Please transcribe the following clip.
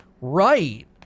right